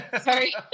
Sorry